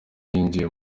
yinjiye